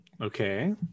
Okay